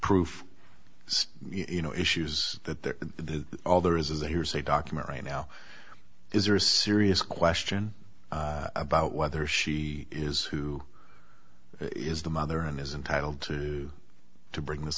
proof you know issues that the all there is is a hearsay document right now is there a serious question about whether she is who is the mother and is intitled to bring this